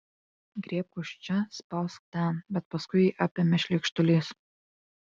griebk už čia spausk ten bet paskui jį apėmė šleikštulys